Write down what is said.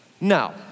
Now